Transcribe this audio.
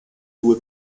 due